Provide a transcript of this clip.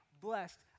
blessed